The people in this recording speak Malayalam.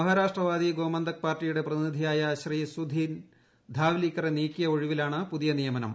മഹാരാഷ്ട്രവാദി ഗോമന്തക് പാർട്ടിയുടെ പ്രതിനിധിയായ ശ്രീ സൂധിൻ ധാവ്ലിക്കറെ നീക്കിയ ഒഴിവിലാണ് പുതിയ നിയമനം